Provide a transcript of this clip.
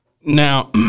Now